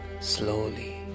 Slowly